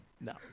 No